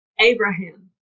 Abraham